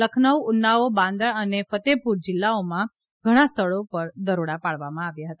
લખનઉ ઉન્નાઓ બાંદા અને ફતેહપુર જીલ્લાઓમાં ઘણા સ્થળો પર દરોડા પાડવામાં આવ્યા હતા